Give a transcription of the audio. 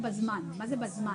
על הסכם שאינו רווחי".